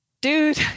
dude